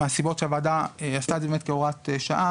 מהסיבות שהוועדה עשתה את זה בהוראת שעה,